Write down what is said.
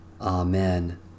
Amen